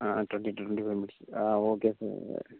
ah twenty twenty kilometres ah okay sir okay